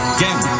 game